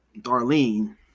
Darlene